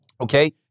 Okay